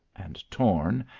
and torn,